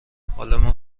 حالمون